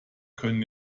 können